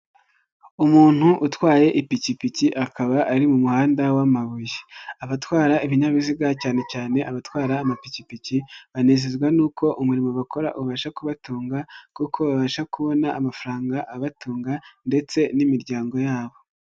Umuntu utwaye ipikipiki akaba ari mu muhanda w'amabuye. Abatwara ibinyabiziga cyane cyane abatwara amapikipiki, banezezwa nuko umurimo bakora ubasha kubatunga, kuko babasha kubona amafaranga abatunga, ndetse n'imiryango yabo.